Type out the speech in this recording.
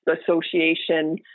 association